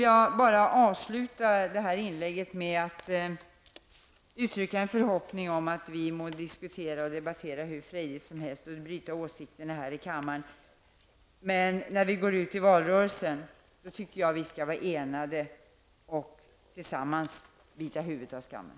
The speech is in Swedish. Jag vill avsluta mitt inlägg med att uttrycka en förhoppning om -- vi må debattera och diskutera hur frejdligt som helst och byta åsikter här i kammaren -- att vi när vi går ut i valrörelsen skall vara eniga och tillsammans bita huvudet av skammen.